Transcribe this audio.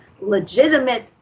legitimate